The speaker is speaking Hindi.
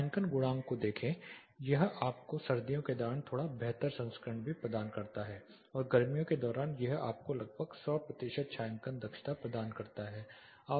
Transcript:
छायांकन गुणांक को देखें यह आपको सर्दियों के दौरान थोड़ा बेहतर संस्करण भी प्रदान करता है और गर्मियों के दौरान यह आपको लगभग 100 प्रतिशत छायांकन दक्षता प्रदान करता है